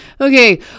Okay